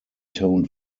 toned